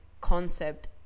concept